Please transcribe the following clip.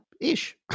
ish